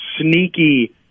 sneaky